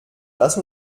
lass